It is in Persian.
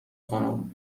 خانم